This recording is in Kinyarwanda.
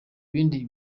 bindi